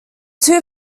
two